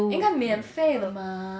应该免费了嘛